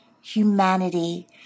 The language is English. humanity